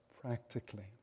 practically